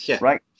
right